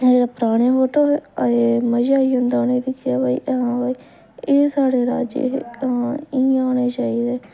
पराने फोटो हे अजें मजा आई जंदा उ'नेंगी दिक्खियै भाई हां भाई एह् साढ़े राजे हे हां इ'यां होने चाहिदे